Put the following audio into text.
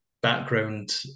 background